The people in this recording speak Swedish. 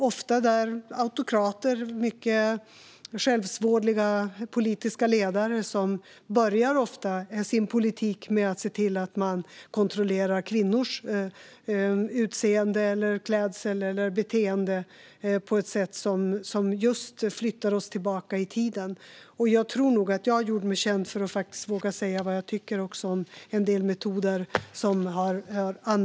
Ofta är det autokrater - mycket självsvåldiga politiska ledare - som börjar sin politik med att se till att de kontrollerar kvinnors utseende, klädsel eller beteende på ett sätt som flyttar oss tillbaka i tiden. Jag tror att jag har gjort mig känd för att våga säga vad jag tycker om en del metoder som har använts.